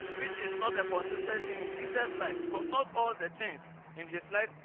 which is not a consistent in in jesus life because not all the things in his life.